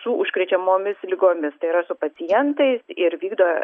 su užkrečiamomis ligomis tai yra su pacientais ir vykdo